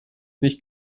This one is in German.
nicht